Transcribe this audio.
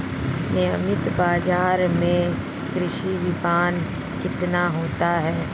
नियमित बाज़ार में कृषि विपणन कितना होता है?